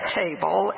table